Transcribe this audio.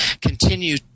continue